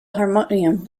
harmonium